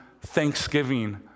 thanksgiving